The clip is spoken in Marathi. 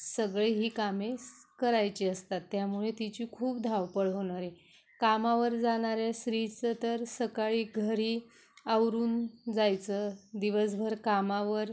सगळी ही कामे करायची असतात त्यामुळे तिची खूप धावपळ होणार आहे कामावर जाणाऱ्या स्त्रीचं तर सकाळी घरी आवरून जायचं दिवसभर कामावर